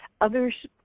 Others